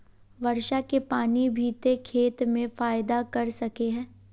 वर्षा के पानी भी ते खेत में फायदा कर सके है?